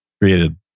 created